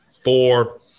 Four